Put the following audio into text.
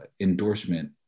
endorsement